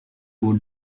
who